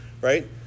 Right